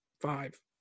five